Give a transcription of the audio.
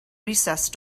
recessed